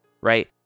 right